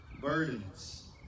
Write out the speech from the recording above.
burdens